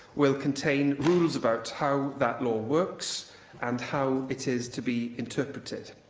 will contain rules about how that law works and how it is to be interpreted.